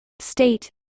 State